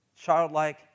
childlike